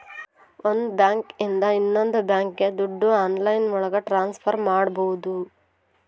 ಒಂದ್ ಬ್ಯಾಂಕ್ ಇಂದ ಇನ್ನೊಂದ್ ಬ್ಯಾಂಕ್ಗೆ ದುಡ್ಡು ಆನ್ಲೈನ್ ಒಳಗ ಟ್ರಾನ್ಸ್ಫರ್ ಮಾಡ್ಬೋದು